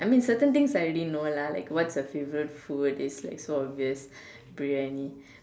I mean certain things I already know lah like what's your favorite food it's like so obvious Briyani